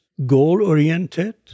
Goal-oriented